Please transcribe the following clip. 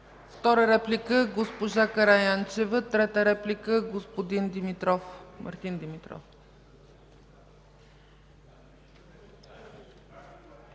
Втора реплика – госпожа Караянчева, трета реплика – господин Мартин Димитров.